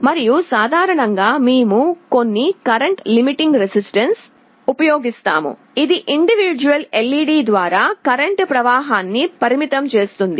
మరియు సాధారణంగా మేము కొన్ని కరెంటు లిమిటింగ్ రెసిస్టన్స్ ఉపయోగిస్తాము ఇది ఇండివిడ్యుఅల్ LED ద్వారా కరెంటు ప్రవాహాన్ని పరిమితం చేస్తుంది